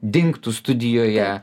dingtų studijoje